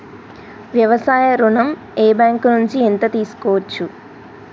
వ్యవసాయ ఋణం ఏ బ్యాంక్ నుంచి ఎంత తీసుకోవచ్చు?